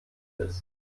bist